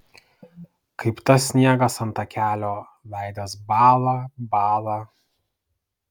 kaip tas sniegas ant takelio veidas bąla bąla